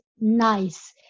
nice